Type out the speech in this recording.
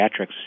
Pediatrics